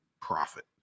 profit